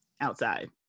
outside